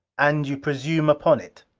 and you presume upon it.